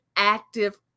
active